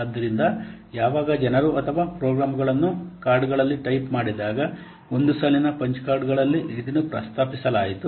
ಆದ್ದರಿಂದ ಯಾವಾಗ ಜನರು ಅಥವಾ ಪ್ರೋಗ್ರಾಂಗಳನ್ನು ಕಾರ್ಡ್ಗಳಲ್ಲಿ ಟೈಪ್ ಮಾಡಿದಾಗ ಒಂದು ಸಾಲಿನ ಪಂಚ್ ಕಾರ್ಡ್ಗಳಲ್ಲಿ ಇದನ್ನು ಪ್ರಸ್ತಾಪಿಸಲಾಯಿತು